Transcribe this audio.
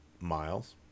Miles